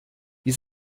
die